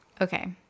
Okay